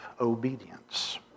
obedience